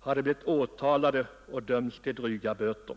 har de blivit åtalade och dömts till dryga böter.